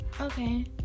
okay